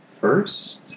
first